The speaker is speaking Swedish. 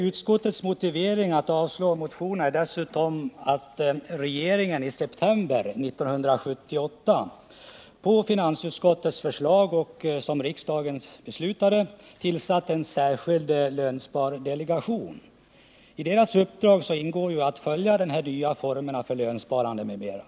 Utskottets motivering för att avslå motionerna är dessutom att regeringen i september 1978 på finansutskottets förslag, som riksdagen instämde i, tillsatte en särskild lönspardelegation med uppdrag att följa de här nya formerna av lönsparande m.m.